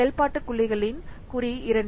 செயல்பாடு புள்ளிகள் குறி II